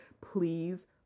please